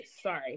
sorry